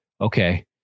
okay